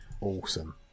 awesome